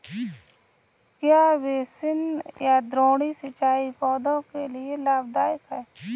क्या बेसिन या द्रोणी सिंचाई पौधों के लिए लाभदायक है?